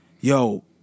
yo